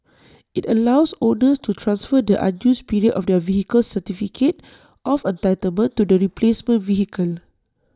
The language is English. IT allows owners to transfer the unused period of their vehicle's certificate of entitlement to the replacement vehicle